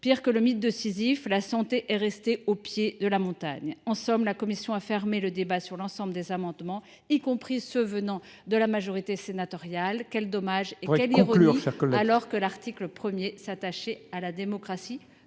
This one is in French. pire que dans le mythe de Sisyphe, car la santé est restée au pied de la montagne. En somme, la commission a fermé le débat sur l’ensemble des amendements, y compris sur ceux qui venaient de la majorité sénatoriale. Quel dommage et quelle ironie, alors que l’article 1 s’attachait à dynamiser